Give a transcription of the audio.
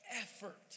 effort